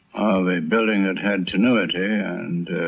the building had had tenuity and